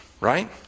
Right